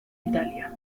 italia